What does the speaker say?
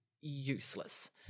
useless